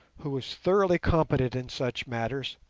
who was thoroughly competent in such matters,